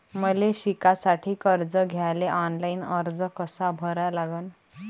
मले शिकासाठी कर्ज घ्याले ऑनलाईन अर्ज कसा भरा लागन?